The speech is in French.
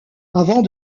avant